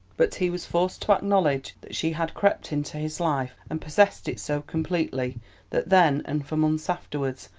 but he was forced to acknowledge that she had crept into his life and possessed it so completely that then and for months afterwards,